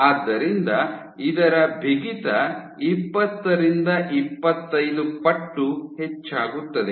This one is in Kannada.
ಆದ್ದರಿಂದ ಇದರ ಬಿಗಿತ ಇಪ್ಪತ್ತರಿಂದ ಇಪ್ಪತ್ತೈದು ಪಟ್ಟು ಹೆಚ್ಚಾಗುತ್ತದೆ